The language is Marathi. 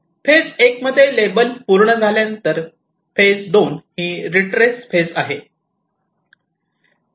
फेज 1 मध्ये लेबल पूर्ण झाल्यानंतर फेज 2 री ट्रेस फेज आहे